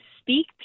speak